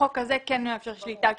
החוק הזה כן מאפשר שליטה.